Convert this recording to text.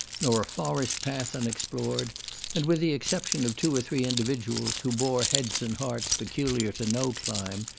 nor a forest path unexplored and, with the exception of two or three individuals, who bore heads and hearts peculiar to no clime,